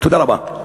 תודה רבה.